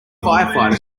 firefighter